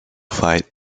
fight